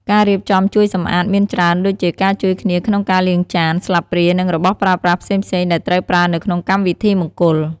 ការរៀបចំជួយសម្អាតមានច្រើនដូចជាការជួយគ្នាក្នុងការលាងចាន ស្លាបព្រានិងរបស់ប្រើប្រាស់ផ្សេងៗដែលត្រូវប្រើនៅក្នុងកម្មវិធីមង្គល។